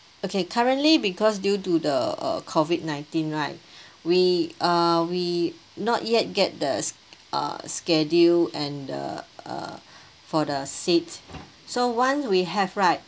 okay currently because due to the uh COVID nineteen right we uh we not yet get the uh schedule and the uh for the seat so once we have right